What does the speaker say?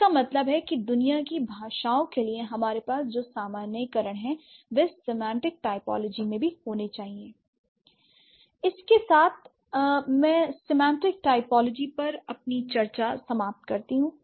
इसका मतलब है कि दुनिया की भाषाओं के लिए हमारे पास जो सामान्यीकरण हैं वे सेमांटिक टाइपोलॉजी में भी होनी चाहिए l इसके साथ मैं सिमेंटेक टाइपोलॉजी पर अपनी चर्चा समाप्त करती हूं